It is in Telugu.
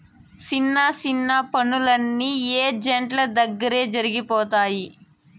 సిన్న సిన్న పనులన్నీ ఏజెంట్ల దగ్గరే జరిగిపోతాయి